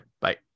Bye